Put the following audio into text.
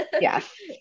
Yes